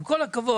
עם כל הכבוד.